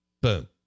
Boom